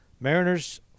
Mariners